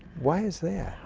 why is that?